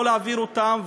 לא להעביר אותם,